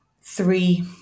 three